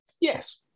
Yes